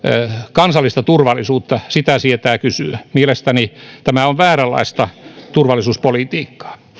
kansallista turvallisuutta sitä sietää kysyä mielestäni tämä on vääränlaista turvallisuuspolitiikkaa